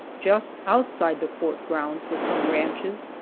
just outside the fort grounds were some ranches,